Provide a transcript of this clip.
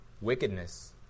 wickedness